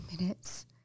minutes